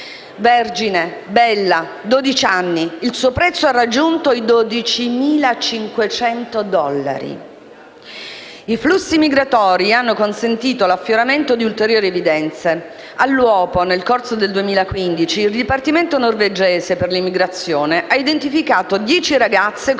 "Vergine. Bella, 12 anni. Il suo prezzo ha raggiunto i 12.500 dollari"; i flussi migratori hanno consentito l'affioramento di ulteriori evidenze. All'uopo, nel corso del 2015 il Dipartimento norvegese per l'immigrazione ha identificato 10 ragazze con